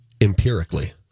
Empirically